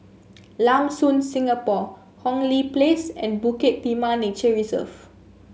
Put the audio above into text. Lam Soon Singapore Hong Lee Place and Bukit Timah Nature Reserve